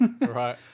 right